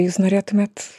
jūs norėtumėt